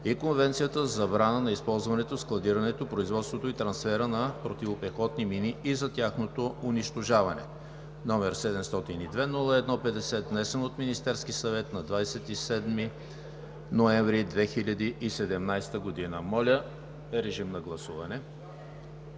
и Конвенцията за забраната на използването, складирането, производството и трансфера на противопехотни мини и за тяхното унищожаване, № 702-01-50, внесен от Министерския съвет на 27 ноември 2017 г. Гласували